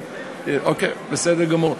אוקיי, בסדר גמור.